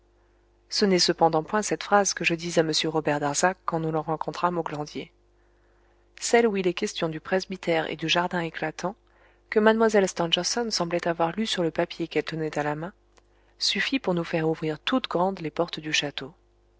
ce n'est cependant point cette phrase que je dis à m robert darzac quand nous le rencontrâmes au glandier celle où il est question du presbytère et du jardin éclatant que mlle stangerson semblait avoir lue sur le papier qu'elle tenait à la main suffit pour nous faire ouvrir toutes grandes les portes du château